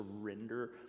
surrender